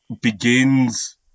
begins